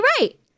right